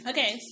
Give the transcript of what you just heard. Okay